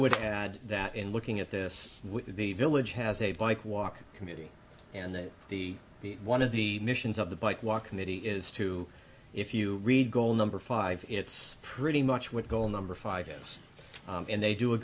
would add that in looking at this with the village has a bike walk committee and the one of the missions of the bike walk committee is to if you read goal number five it's pretty much what goal number five is and they do a